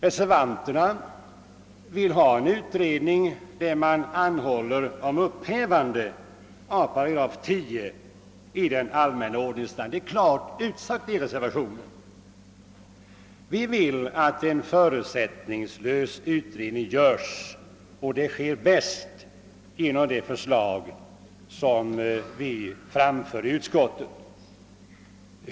Reservanterna vill ha en utredning där man anhåller om upphävande av 10 8 i den allmänna ordningsstadgan. Detta är klart utsagt i reservationen. Vi vill att en förutsättningslös utredning göres och detta sker bäst genom det förslag som vi framför i utskottet.